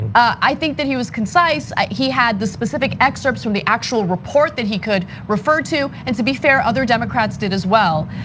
i think that he was concise, he had the specific excerpts from the actual report that he could referred to, and to be fair other democrats did as well.